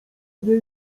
nie